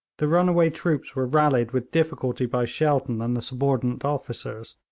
the runaway troops were rallied with difficulty by shelton and the subordinate officers,